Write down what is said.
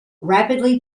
rapidly